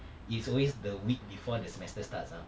it's always the week before the semester starts ah